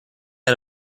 out